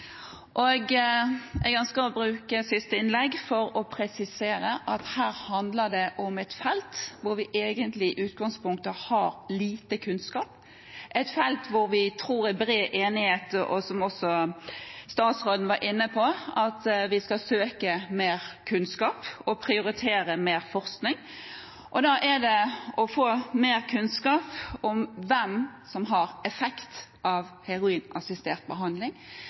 og jeg ønsker å bruke det siste innlegget til å presisere at her handler det om et felt hvor vi i utgangspunktet egentlig har lite kunnskap, et felt der vi tror det er bred enighet om – som også statsråden var inne på – at vi skal søke mer kunnskap og prioritere mer forskning. Da gjelder det å få mer kunnskap om hvem som får effekt av heroinassistert behandling,